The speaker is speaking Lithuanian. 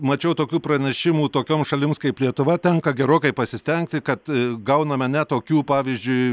mačiau tokių pranešimų tokioms šalims kaip lietuva tenka gerokai pasistengti kad gauname ne tokių pavyzdžiui